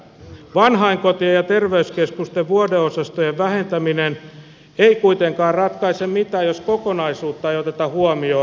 vanhainkotien ja terveyskeskusten vuodeosastojen vähentäminen ei kuitenkaan ratkaise mitään jos kokonaisuutta ei oteta huomioon